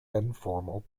informal